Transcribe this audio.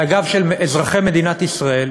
על הגב של אזרחי מדינת ישראל,